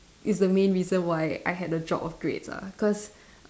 is the main reason why I had a dropped of grades lah cause